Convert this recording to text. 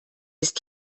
ist